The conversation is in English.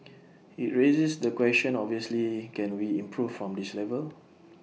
IT raises the question obviously can we improve from this level